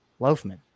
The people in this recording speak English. Loafman